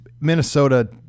Minnesota